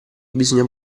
bisogna